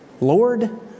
Lord